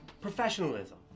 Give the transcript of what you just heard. professionalism